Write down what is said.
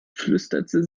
flüsterte